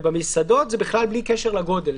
במסעדות זה בכלל בלי קשר לגודל.